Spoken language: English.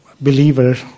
believer